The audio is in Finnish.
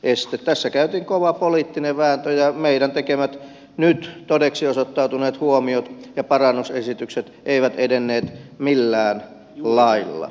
tässä käytiin kova poliittinen vääntö ja meidän tekemät nyt todeksi osoittautuneet huomiot ja parannusesitykset eivät edenneet millään lailla